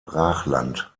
brachland